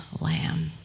lamb